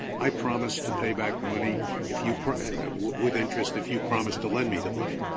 i promise to pay back the money if you with interest if you promise to lend me the money.